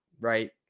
right